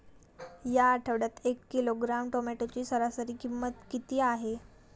या आठवड्यात एक किलोग्रॅम टोमॅटोची सरासरी किंमत किती आहे?